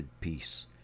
peace